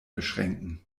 beschränken